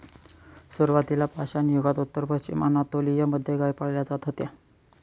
सुरुवातीला पाषाणयुगात उत्तर पश्चिमी अनातोलिया मध्ये गाई पाळल्या जात होत्या